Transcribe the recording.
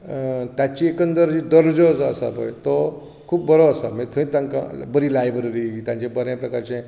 तांची एकंदर दर्जो जो आसा पय तो खूब बरो आसा मागीर थंय तांकां बरी लायब्ररी तांचें बरें प्रकारचें